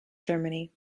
germany